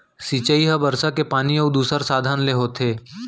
सिंचई ह बरसा के पानी अउ दूसर साधन ले होथे